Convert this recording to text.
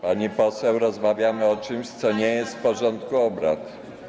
Pani poseł, rozmawiamy o czymś, co nie jest w porządku obrad.